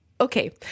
Okay